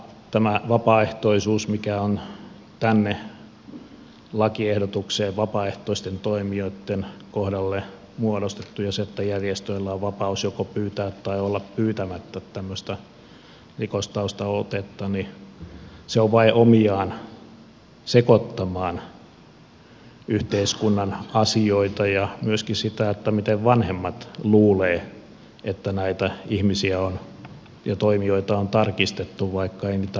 tämä vapaaehtoisuus mikä on tänne lakiehdotukseen vapaaehtoisten toimijoitten kohdalle muodostettu ja se että järjestöillä on vapaus joko pyytää tai olla pyytämättä tämmöistä rikostaustaotetta ovat vain omiaan sekoittamaan yhteiskunnan asioita ja myöskin sitä miten vanhemmat luulevat että näitä ihmisiä ja toimijoita on tarkistettu vaikka ei niitä olekaan